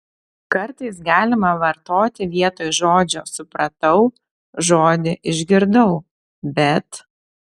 kartais galima vartoti vietoj žodžio supratau žodį išgirdau bet